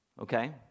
Okay